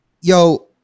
yo